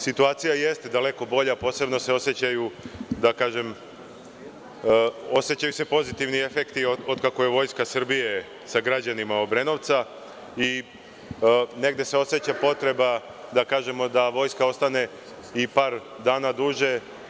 Situacija jeste daleko bolja, posebno se osećaju pozitivni efekti od kako je Vojska Srbije sa građanima Obrenovca i negde se oseća potreba da kažemo da Vojska ostane i par dana duže.